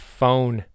phone